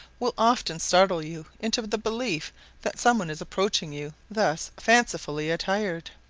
will often startle you into the belief that some one is approaching you thus fancifully attired.